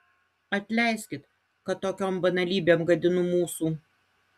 atleiskit kad tokiom banalybėm gadinu mūsų